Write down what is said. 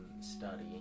study